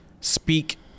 speak